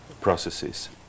processes